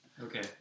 Okay